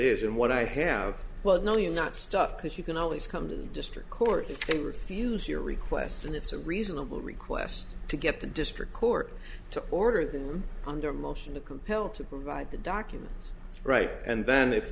is and what i have well million not stuff because you can always come to the district court if they refuse your request and it's a reasonable request to get the district court to order them under a motion to compel to provide the documents right and then i